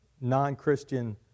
non-Christian